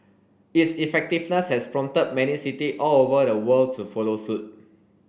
its effectiveness has prompted many city all over the world to follow suit